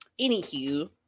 anywho